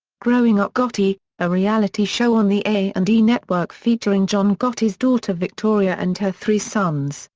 growing up gotti, a reality show on the a and e network featuring john gotti's daughter victoria and her three sons,